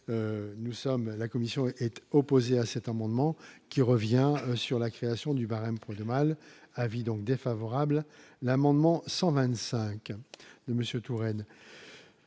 la commission est opposé à cet amendement qui revient sur la création du barème prud'homal avis donc défavorable, l'amendement 125 Monsieur Touraine.